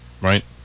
Right